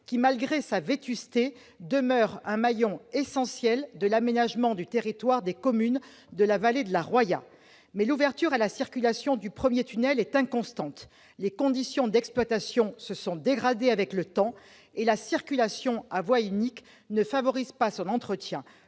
qui, malgré sa vétusté, demeure un maillon essentiel de l'aménagement du territoire de la vallée de la Roya. L'ouverture à la circulation du premier tunnel est inconstante. Les conditions d'exploitation se sont dégradées avec le temps et la circulation à voie unique ne favorise pas son entretien.